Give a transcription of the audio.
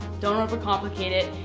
don't overcomplicate it,